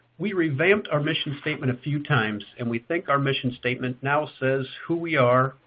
we revamped our mission statement a few times, and we think our mission statement now says who we are,